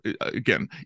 again